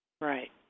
Right